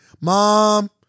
Mom